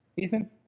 Ethan